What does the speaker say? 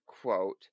quote